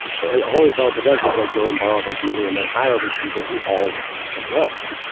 but all the developer does is i go and borrow a bunch of money and then hire a bunch of people who all work for someone else